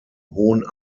hohen